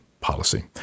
policy